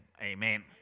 amen